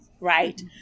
Right